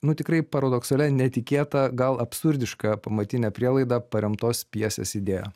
nu tikrai paradoksalia netikėta gal absurdiška pamatine prielaida paremtos pjesės idėja